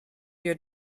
your